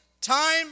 time